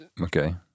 Okay